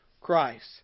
Christ